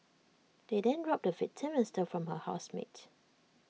they then robbed the victim and stole from her housemate